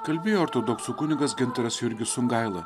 kalbėjo ortodoksų kunigas gintaras jurgis sungaila